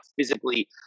physically